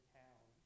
town